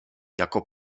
jako